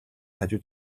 хажуу